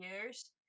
years